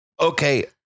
Okay